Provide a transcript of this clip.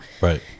Right